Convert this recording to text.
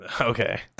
Okay